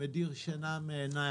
מדיר שינה מעיניי,